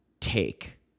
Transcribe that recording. take